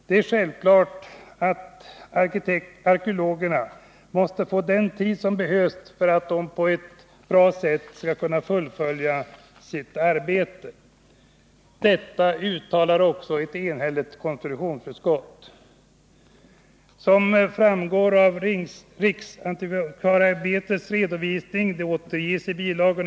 Det är självklart att arkeologerna måste få den tid som behövs för att de på ett bra sätt skall kunna fullfölja sitt arbete. Detta uttalar också konstitutionsutskottet enhälligt. Som framgår av riksanktikvarieämbetets redovisning, som återges i bil.